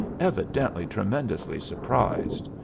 evidently tremendously surprised.